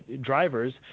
drivers